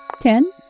Ten